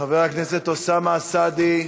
חבר הכנסת אוסאמה סעדי,